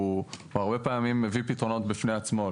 הוא הרבה פעמים מביא פתרונות בפני עצמו.